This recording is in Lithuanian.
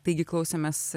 taigi klausėmės